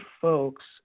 folks